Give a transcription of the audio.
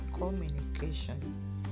communication